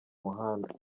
muhanda